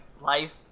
life